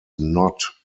not